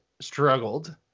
struggled